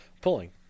Pulling